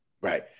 Right